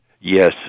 Yes